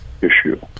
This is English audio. issue